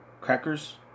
crackers